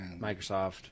Microsoft